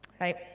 right